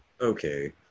okay